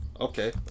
Okay